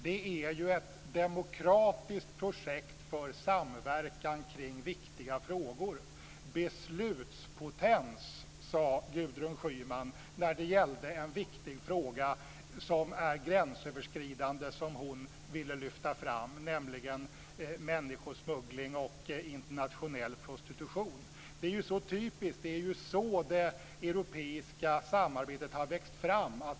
Det är ett demokratiskt projekt för samverkan kring viktiga frågor. Beslutspotens, sade Gudrun Schyman när det gällde en viktig gränsöverskridande fråga som hon ville lyfta fram, nämligen människosmuggling och internationell prostitution. Detta är ju typiskt för hur det europeiska samarbetet har växt fram.